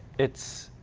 it's